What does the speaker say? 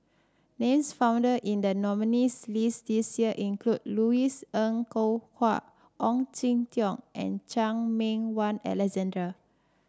names found in the nominees' list this year include Louis Ng Kok Kwang Ong Jin Teong and Chan Meng Wah Alexander